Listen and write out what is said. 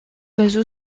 oiseau